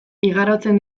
igarotzen